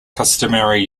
customary